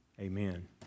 Amen